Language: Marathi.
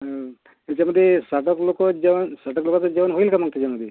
त्याच्यामध्ये साठ एक लोकं जेवण साठ एक लोकांचं जेवण होईल का मग त्याच्यामध्ये